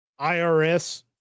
irs